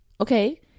okay